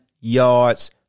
yards